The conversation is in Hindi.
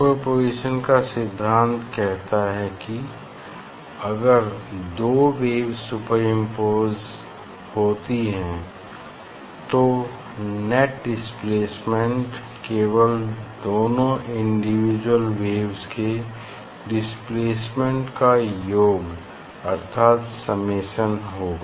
सुपरपोज़िशन का सिद्धांत कहता हैं कि अगर दो वेव्स सुपरइंपोस होती हैं तो नेट डिस्प्लेसमेंट केवल दोनों इंडिविजुअल वेव्स के डिस्प्लेसमेंट का योग अर्थात संमेशन होगा